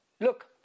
Look